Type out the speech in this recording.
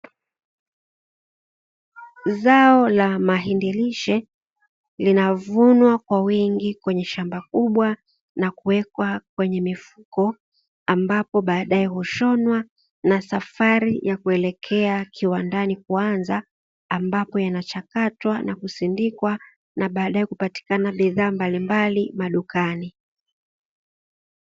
Zao la mahindi lishe linavunwa kwa wingi kwenye shamba kubwa na kuwekwa kwenye mifuko, ambapo baadae hushonwa na safari ya kuelekea kiwandani kuanza, ambapo inachakatwa na kusindikwa na baadae kupatikana bidhaa mbalimbali madukani.